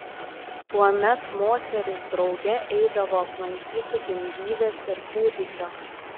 tuomet moterys drauge eidavo aplankyti gimdyvės ir kūdikio